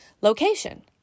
location